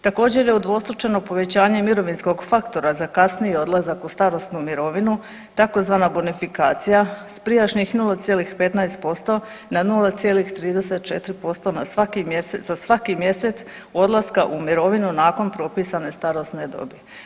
Također je udvostručeno povećanje mirovinskog faktora za kasniji odlazak u starosnu mirovinu tzv. bonifikacija s prijašnjih 0,15% na 0,34% za svaki mjesec odlaska u mirovinu nakon propisane starosne dobi.